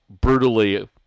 brutally